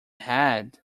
had